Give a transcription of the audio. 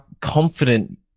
confident